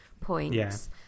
points